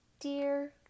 Dear